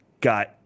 got